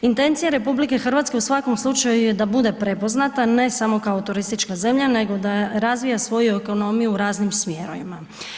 Intencija RH u svakom slučaju je da bude prepoznata, ne samo kao turistička zemlja, nego da razvija svoju ekonomiju u raznim smjerovima.